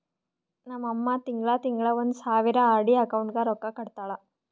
ನಮ್ ಅಮ್ಮಾ ತಿಂಗಳಾ ತಿಂಗಳಾ ಒಂದ್ ಸಾವಿರ ಆರ್.ಡಿ ಅಕೌಂಟ್ಗ್ ರೊಕ್ಕಾ ಕಟ್ಟತಾಳ